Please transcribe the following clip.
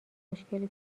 مشکلی